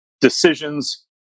decisions